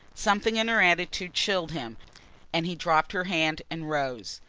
something in her attitude chilled him and he dropped her hand and rose.